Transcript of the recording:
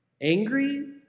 angry